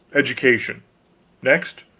education next,